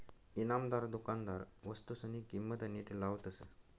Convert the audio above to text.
इमानदार दुकानदार वस्तूसनी किंमत नीट लावतस